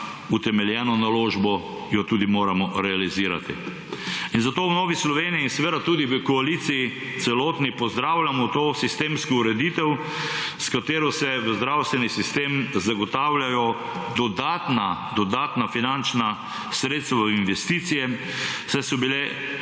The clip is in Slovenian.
utemeljeno naložbo, jo tudi moramo realizirati. In zato v Novi Sloveniji in seveda tudi v koaliciji, celotni, pozdravljamo to sistemsko ureditev, s katero se v zdravstveni sistem zagotavljajo dodatna finančna sredstva v investicije, saj so bile,